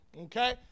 Okay